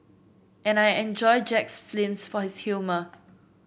and I enjoy Jack's films for his humour